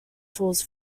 tools